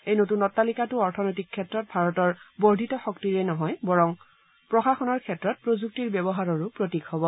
এই নতুন অট্টালিকাটো অৰ্থনৈতিক ক্ষেত্ৰত ভাৰতৰ বৰ্ধিত শক্তিৰেই নহয় বৰং প্ৰশাসনৰ ক্ষেত্ৰত প্ৰযুক্তিৰ ব্যৱহাৰৰো প্ৰতীক হ'ব